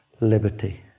liberty